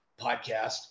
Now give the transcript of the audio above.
podcast